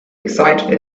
excited